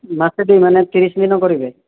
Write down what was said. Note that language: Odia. ମାସଟେ ମାନେ ତିରିଶ ଦିନ କରାଇବେ